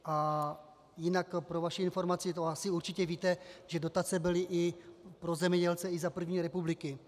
A jinak pro vaši informaci, to asi určitě víte, že dotace byly pro zemědělce i za první republiky.